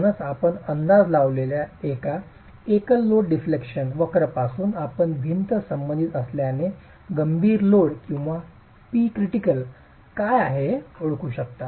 म्हणूनच आपण अंदाज लावलेल्या या एकल लोड डिफ्लेक्शन वक्रपासून आपण भिंत संबंधित असल्याने गंभीर लोड किंवा Pcritical काय आहे ते ओळखू शकता